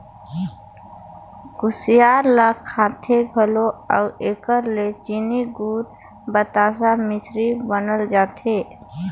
कुसियार ल खाथें घलो अउ एकर ले चीनी, गूर, बतासा, मिसरी बनाल जाथे